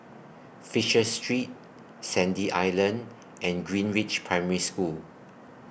Fisher Street Sandy Island and Greenridge Primary School